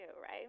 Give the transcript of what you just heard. right